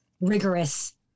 rigorous